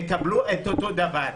יקבלו את אותו דבר.